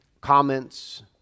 comments